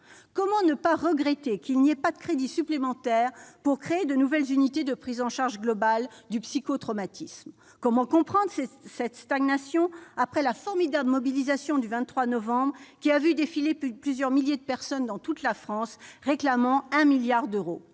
Comment ne pas regretter qu'il n'y ait pas de crédits supplémentaires pour créer de nouvelles unités de prise en charge globale du psycho-traumatisme ? Comment comprendre cette stagnation, après la formidable mobilisation du 23 novembre, qui a vu défiler plusieurs milliers de personnes dans toute la France, réclamant un milliard d'euros ?